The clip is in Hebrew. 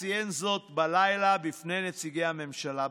ציין זאת בלילה בפני נציגי הממשלה בדיון.